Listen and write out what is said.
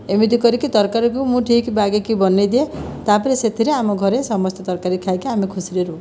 ଏମିତି କରିକି ତରକାରୀକୁ ମୁଁ ଠିକ୍ ବାଗେଇକି ବନେଇଦିଏ ତା'ପରେ ସେଥିରେ ଆମ ଘରେ ସମସ୍ତେ ତରକାରୀ ଖାଇକି ଆମେ ଖୁସିରେ ରହୁ